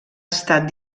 estat